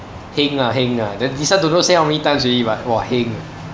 heng ah heng ah then this one don't know say how many times already but !wah! heng